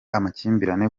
amakimbirane